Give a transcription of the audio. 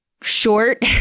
short